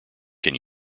can